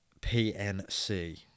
pnc